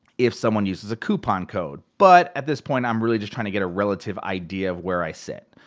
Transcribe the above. if someone uses a coupon code. but at this point i'm really just trying to get a relative idea of where i sit.